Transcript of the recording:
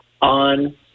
on